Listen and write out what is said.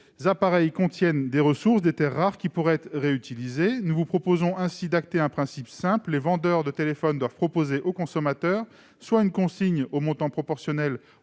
ces appareils contiennent des ressources, des terres rares, qui pourraient être réutilisées. Nous vous proposons ainsi d'acter un principe simple : les vendeurs de téléphones doivent proposer aux consommateurs soit une consigne au montant proportionnel